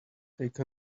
take